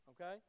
Okay